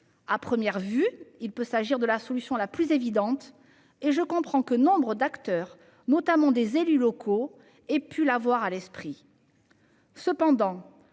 À première vue, il peut s'agir de la solution la plus évidente et je comprends que nombre d'acteurs, certains élus locaux notamment, aient pu l'avoir à l'esprit. Elle